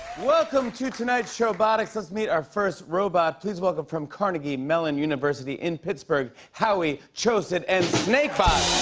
welcome to tonight showbotics. let's meet our first robot. please welcome, from carnegie mellon university in pittsburgh, howie choset and snake bot.